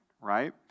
Right